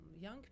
young